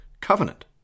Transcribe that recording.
covenant